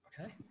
Okay